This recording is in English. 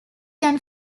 can